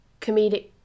comedic